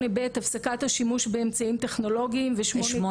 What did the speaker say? להורות על הרחקת הפוגע מגישה לאמצעים טכנולוגיים.